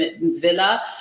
Villa